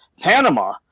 Panama